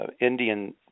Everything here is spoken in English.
Indian